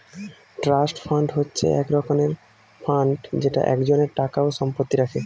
trust fund হচ্ছে এক রকমের ফান্ড যেটা একজনের টাকা ও সম্পত্তি রাখে